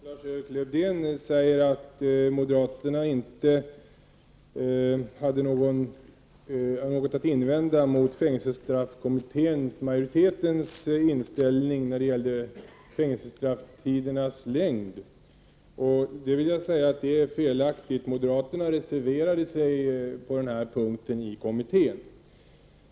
)| Herr talman! Lars-Erik Lövdén säger att moderaterna inte hade något att invända mot fängelsestraffkommitténs inställning när det gällde fängelsestraffens längd. Det är felaktigt. Moderaterna reserverade sig på den punkten i kommittén.